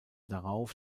darauf